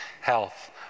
health